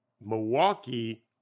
Milwaukee